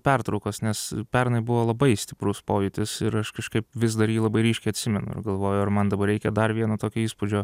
pertraukos nes pernai buvo labai stiprus pojūtis ir aš kažkaip vis dar jį labai ryškiai atsimenu ir galvojau ar man dabar reikia dar vieno tokio įspūdžio